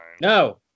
No